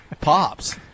pops